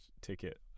ticket